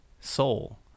soul